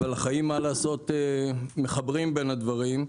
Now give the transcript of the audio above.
אבל החיים, מה לעשות, מחברים בין הדברים,